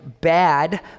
bad